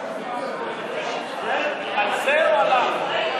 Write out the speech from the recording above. על זה או עליו?